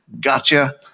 gotcha